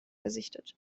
gesichtet